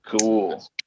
Cool